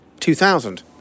2000